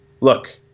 Look